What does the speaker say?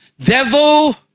Devil